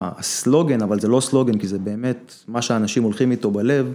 הסלוגן, אבל זה לא סלוגן, כי זה באמת מה שאנשים הולכים איתו בלב.